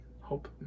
hope